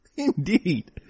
Indeed